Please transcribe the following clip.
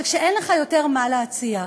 אבל כשאין לך יותר מה להציע,